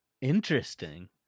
Interesting